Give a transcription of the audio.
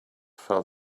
fell